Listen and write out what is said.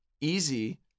easy